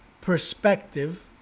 perspective